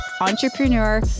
entrepreneur